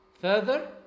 further